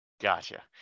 Gotcha